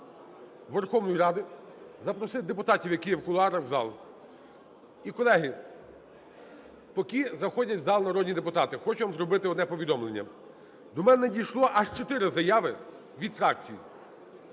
Верховної Ради запросити депутатів, які є в кулуарах, у зал. І, колеги, поки заходять у зал народні депутати, хочу вам зробити одне повідомлення. До мене надійшло аж чотири заяви від фракцій.